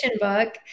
book